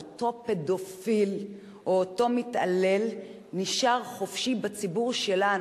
אותו פדופיל או אותו מתעלל נשאר חופשי בציבור שלנו.